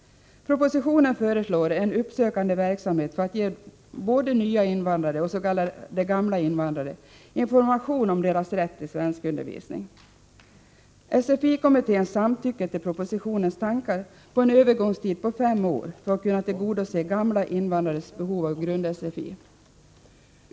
Propositionen föreslår en uppsökande verksamhet för att ge både nya invandrare och s.k. gamla invandrare information om deras rätt till svenskundervisning. SFI-kommittén samtycker till propositionens tankar om en övergångstid på fem år för att man skall kunna tillgodose gamla invandrares behov av grund-SFI.